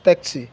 taxi